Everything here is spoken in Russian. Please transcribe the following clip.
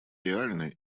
реальны